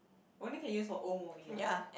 only can use for old movie ah